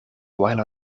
while